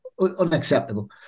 unacceptable